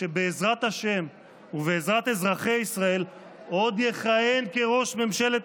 ושבעזרת ה' ובעזרת אזרחי ישראל עוד יכהן כראש ממשלת